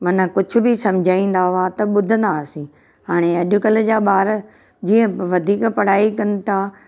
माना कुझु बि सम्झाईंदा हुआ त ॿुधंदा हुआसीं हाणे अॼकल्ह जा ॿार जीअं वधीक पढ़ाई कनि था